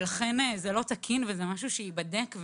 לכן זה לא תקין וזה משהו שייבדק.